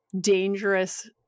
dangerous